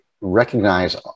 recognize